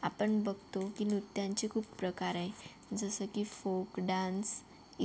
आपण बघतो की नृत्यांचे खूप प्रकार आहे जसं की फोक डान्स इत्